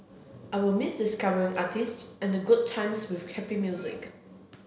I will miss discovering artists and the good times with happy music